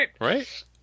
Right